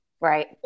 Right